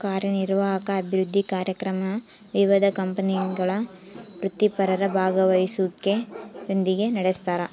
ಕಾರ್ಯನಿರ್ವಾಹಕ ಅಭಿವೃದ್ಧಿ ಕಾರ್ಯಕ್ರಮ ವಿವಿಧ ಕಂಪನಿಗಳ ವೃತ್ತಿಪರರ ಭಾಗವಹಿಸುವಿಕೆಯೊಂದಿಗೆ ನಡೆಸ್ತಾರ